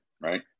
right